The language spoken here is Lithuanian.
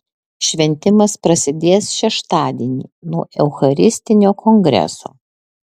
šventimas prasidės šeštadienį nuo eucharistinio kongreso